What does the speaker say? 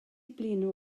blino